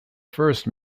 first